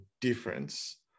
difference